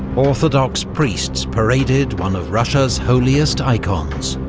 orthodox priests paraded one of russia's holiest icons,